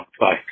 Bye